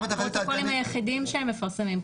----- הפרוטוקולים היחידים שהם מפרסמים?